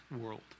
world